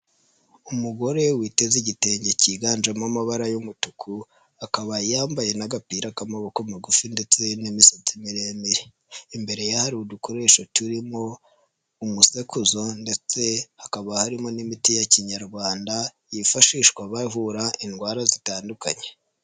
Umugore witeze igitenge kiganjemo amabara y'umutuku, akaba yambaye n'agapira k'amaboko magufi ndetse n'imisatsi miremire. Imbere ye hari udukoresho turimo umusekuzo ndetse hakaba harimo n'imiti ya kinyarwanda, yifashishwa bavura indwara zitandukanye.